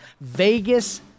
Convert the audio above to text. Vegas